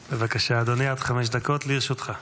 בבקשה, אדוני, עד חמש דקות לרשותך.